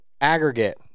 aggregate